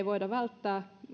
voida välttää